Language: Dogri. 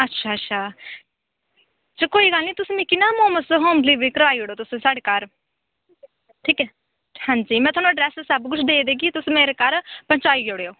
अच्छा अच्छा अच्छा तुस मिगी ना मोमोज़ दी होम डिलीवरी कराई ओड़ो साढ़े घर ठीक ऐ में थाह्नूं एड्रैस सब देई देगी तुस मेरे घर पहुंचाई ओड़ेओ